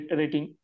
rating